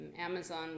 Amazon